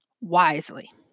wisely